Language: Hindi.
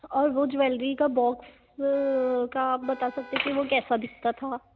और वो ज्वेलरी का बॉक्स का आप बता सकते हैं कि वो कैसा दिखता था